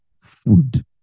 food